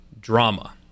Drama